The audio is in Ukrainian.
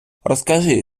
розкажи